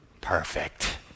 perfect